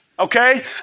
Okay